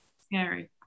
Scary